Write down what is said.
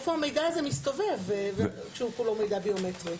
איפה המידע הזה מסתובב כשהוא כולו מידע ביומטרי.